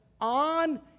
on